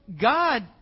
God